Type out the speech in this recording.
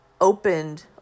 opened